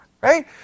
Right